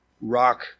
rock